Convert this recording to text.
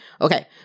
Okay